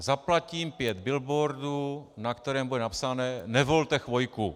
A zaplatím pět billboardů, na kterém bude napsané Nevolte Chvojku.